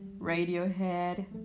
Radiohead